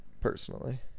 Personally